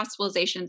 hospitalizations